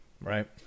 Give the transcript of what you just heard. right